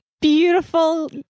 beautiful